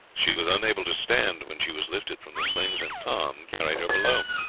she was unable to stand when she was lifted from the slings, and tom carried her below.